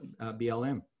BLM